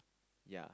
ya